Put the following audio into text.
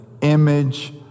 image